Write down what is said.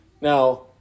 Now